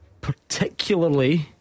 Particularly